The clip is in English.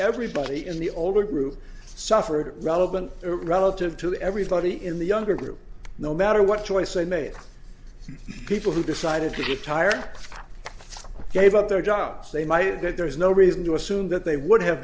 everybody in the older group suffered relevant relative to everybody in the younger group no matter what choice they made people who decided to retire gave up their jobs they might add that there is no reason to assume that they would have